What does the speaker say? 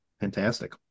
Fantastic